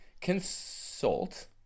consult